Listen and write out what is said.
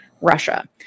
Russia